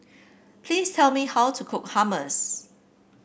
please tell me how to cook Hummus